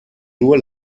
nur